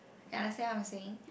you understand what I'm saying